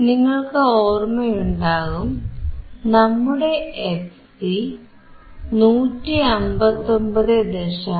നിങ്ങൾക്ക് ഓർമയുണ്ടാകും നമ്മുടെ fc 159